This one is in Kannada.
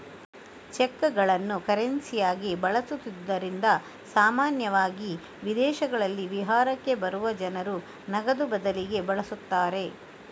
ಚೆಕ್ಗಳನ್ನು ಕರೆನ್ಸಿಯಾಗಿ ಬಳಸುತ್ತಿದ್ದುದರಿಂದ ಸಾಮಾನ್ಯವಾಗಿ ವಿದೇಶಗಳಲ್ಲಿ ವಿಹಾರಕ್ಕೆ ಬರುವ ಜನರು ನಗದು ಬದಲಿಗೆ ಬಳಸುತ್ತಾರೆ